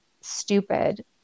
stupid